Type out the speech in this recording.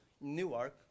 Newark